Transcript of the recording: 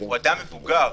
הוא אדם מבוגר,